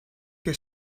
que